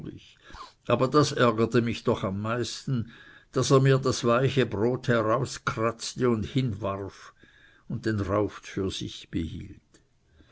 aber das ärgerte mich doch am meisten daß er mir das weiche brot herauskratzte und hinwarf den rauft für sich behielt